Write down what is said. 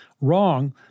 wrong